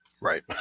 Right